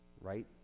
right